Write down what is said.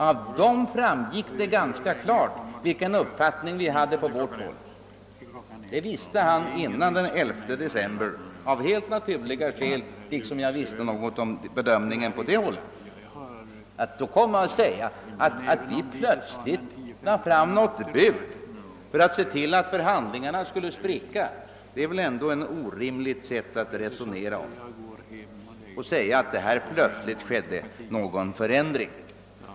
Av dem framgick det ganska klart vilken uppfattning vi på vårt håll hade. Det visste alltså ordföranden före den 11 december av helt naturliga skäl, liksom jag visste något om bedömningen på det socialdemokratiska hållet. Att då säga att vi plötsligt lade fram något bud för att se till att förhandlingarna skulle spricka är väl ändå ett orimligt sätt att resonera. Det går inte att hävda att det härvidlag skedde en plötslig förändring.